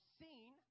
seen